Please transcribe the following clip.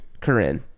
corinne